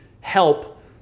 help